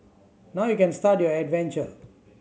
now you can start your adventure